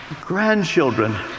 grandchildren